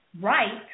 right